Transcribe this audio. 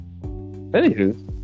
anywho